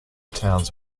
towns